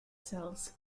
cells